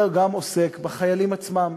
אלא הוא גם עוסק בחיילים עצמם,